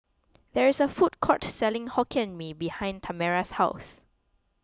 there is a food court selling Hokkien Mee behind Tamera's house